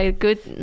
good